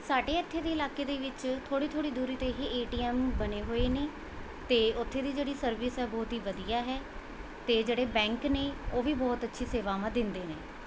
ਸਾਡੇ ਇੱਥੇ ਦੇ ਇਲਾਕੇ ਦੇ ਵਿੱਚ ਥੋੜ੍ਹੀ ਥੋੜ੍ਹੀ ਦੂਰੀ 'ਤੇ ਹੀ ਏ ਟੀ ਐੱਮ ਬਣੇ ਹੋਏ ਨੇ ਅਤੇ ਉੱਥੇ ਦੀ ਜਿਹੜੀ ਸਰਵਿਸ ਹੈ ਉਹ ਬਹੁਤ ਹੀ ਵਧੀਆ ਹੈ ਅਤੇ ਜਿਹੜੇ ਬੈਂਕ ਨੇ ਉਹ ਵੀ ਬਹੁਤ ਅੱਛੀ ਸੇਵਾਵਾਂ ਦਿੰਦੇ ਨੇ